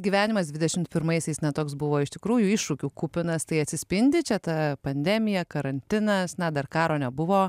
gyvenimas dvidešimt pirmaisiais na toks buvo iš tikrųjų iššūkių kupinas tai atsispindi čia ta pandemija karantinas na dar karo nebuvo